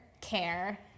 Care